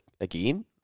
again